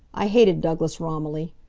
i hated douglas romilly.